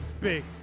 big